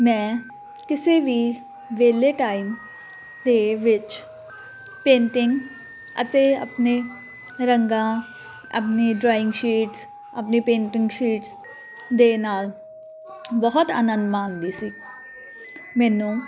ਮੈਂ ਕਿਸੇ ਵੀ ਵਿਹਲੇ ਟਾਈਮ ਦੇ ਵਿੱਚ ਪੇਂਟਿੰਗ ਅਤੇ ਆਪਣੇ ਰੰਗਾਂ ਆਪਣੇ ਰੰਗਾਂ ਆਪਣੇ ਡਰਾਇੰਗ ਸ਼ੀਟਸ ਆਪਣੀ ਪੇਂਟਿੰਗ ਸ਼ੀਟਸ ਦੇ ਨਾਲ ਬਹੁਤ ਆਨੰਦ ਮਾਨਦੀ ਸੀ ਮੈਨੂੰ